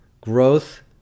growth